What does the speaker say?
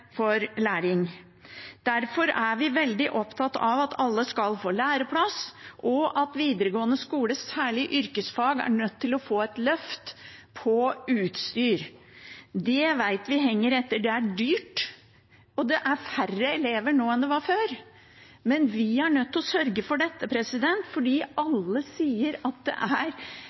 læring. Derfor er vi veldig opptatt av at alle skal få læreplass, og at videregående skole – særlig yrkesfag – er nødt til å få et løft når det gjelder utstyr. Det vet vi henger etter. Det er dyrt, og det er færre elever nå enn før, men vi er nødt til å sørge for dette, for alle sier at det